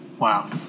Wow